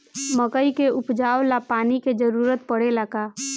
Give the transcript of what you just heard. मकई के उपजाव ला पानी के जरूरत परेला का?